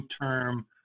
term